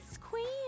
queen